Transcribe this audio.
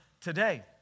today